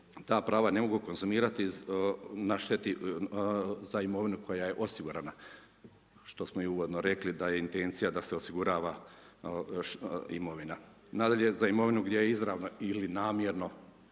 ta prava ne mogu konzumirat na šteti za imovinu koja je osigurana, što smo i uvodno rekli da je intencija da se osigurava imovina. Nadalje za imovinu gdje je izravna ili namjerno